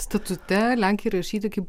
statute lenkai įrašyti kaip